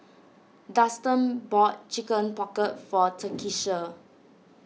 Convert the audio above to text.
Dustan bought Chicken Pocket for Takisha